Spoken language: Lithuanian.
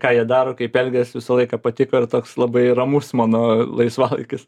ką jie daro kaip elgias visą laiką patiko ir toks labai ramus mano laisvalaikis